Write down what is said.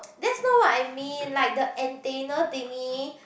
that's not what I mean like the antenna thingy